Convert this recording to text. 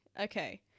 Okay